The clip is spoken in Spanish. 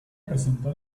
presentó